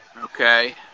Okay